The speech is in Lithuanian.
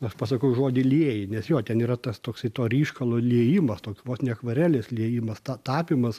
aš pasakau žodį lieji nes jo ten yra tas toksai to ryškalo liejimas toks vos ne akvarelės liejimas tapymas